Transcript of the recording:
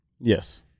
Yes